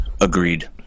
Agreed